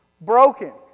broken